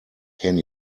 can